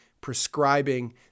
prescribing